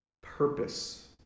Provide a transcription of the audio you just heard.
purpose